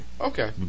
Okay